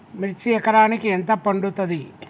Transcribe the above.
మిర్చి ఎకరానికి ఎంత పండుతది?